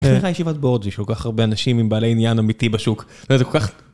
איך נראה ישיבת בורד של כל כך הרבה אנשים עם בעלי עניין אמיתי בשוק, זה כל כך...